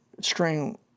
string